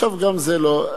עכשיו גם זה לא.